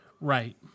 Right